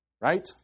Right